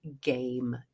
game